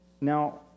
Now